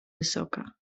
wysoka